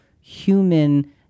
human